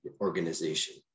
organization